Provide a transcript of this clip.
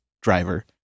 driver